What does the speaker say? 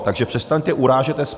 Takže přestaňte urážet SPD.